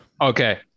Okay